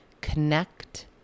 connect